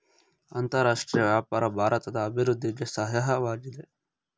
ಅಂತರರಾಷ್ಟ್ರೀಯ ವ್ಯಾಪಾರ ಭಾರತದ ಅಭಿವೃದ್ಧಿಗೆ ಸಹಾಯವಾಗಿದೆ